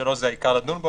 (3) זה העיקר לדון בו,